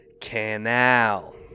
canal